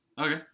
Okay